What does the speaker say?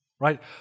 right